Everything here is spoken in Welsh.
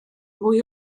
mwy